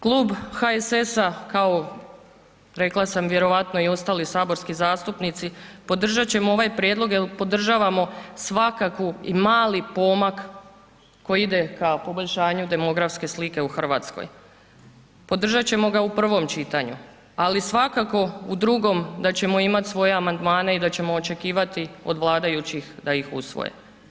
Klub HSS-a kao rekla sam vjerojatno i ostali saborski zastupnici, podržat ćemo ovaj prijedlog jer podržavamo svakaku i mali pomak koji ide k poboljšanju demografske slike u Hrvatskoj, podržat ćemo ga u prvom čitanju, ali svakako u drugom da ćemo imati svoje amandmane i da ćemo očekivati od vladajućih da ih usvoje.